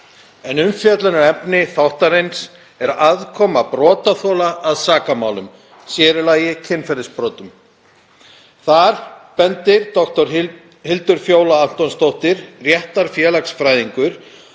en umfjöllunarefni þáttarins er aðkoma brotaþola að sakamálum, sér í lagi kynferðisbrotum. Þar bendir dr. Hildur Fjóla Antonsdóttir réttarfélagsfræðingur